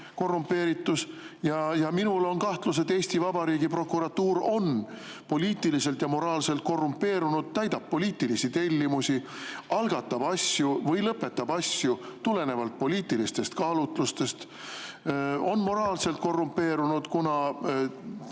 korrumpeeritus. Minul on kahtlus, et Eesti Vabariigi prokuratuur on poliitiliselt ja moraalselt korrumpeerunud, täidab poliitilisi tellimusi, algatab asju või lõpetab asju tulenevalt poliitilistest kaalutlustest – on moraalselt korrumpeerunud.